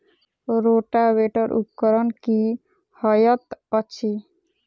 Rotavator उपकरण की हएत अछि?